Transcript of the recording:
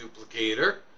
duplicator